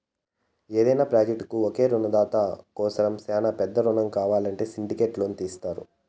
యాదైన ప్రాజెక్టుకు ఒకే రునదాత కోసరం శానా పెద్ద రునం కావాలంటే సిండికేట్ లోను తీస్తారు